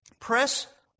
Press